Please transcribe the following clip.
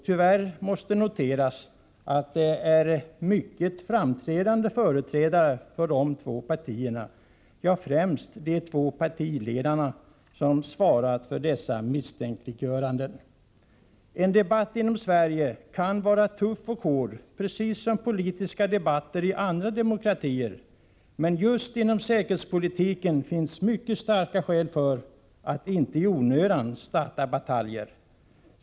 Tyvärr måste noteras att det är mycket framträdande representanter för de två partierna, ja, främst de två partiledarna, som svarat för dessa misstänkliggöranden. En debatt inom Sverige kan vara tuff och hård, precis som politiska debatter i andra demokratier. Men just när det gäller säkerhetspolitiken finns det mycket starka skäl för att inte i onödan starta bataljer.